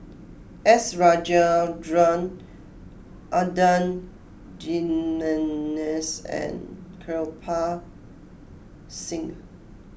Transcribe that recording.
S Rajendran Adan Jimenez and Kirpal Singh